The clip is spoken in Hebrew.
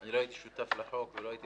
לומר: לא הייתי שותף להצעת החוק ולא הייתי